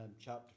chapter